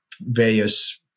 various